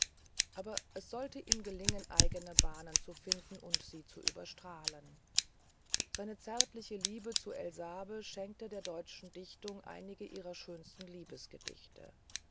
aber es sollte ihm gelingen eigene bahnen zu finden und sie zu überstrahlen seine zärtliche liebe zu elsabe schenkte der deutschen dichtung einige ihrer schönsten